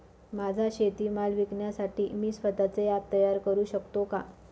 माझा शेतीमाल विकण्यासाठी मी स्वत:चे ॲप तयार करु शकतो का?